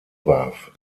warf